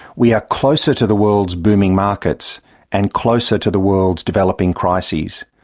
we are closer to the world's booming markets and closer to the world's developing crises.